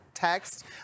text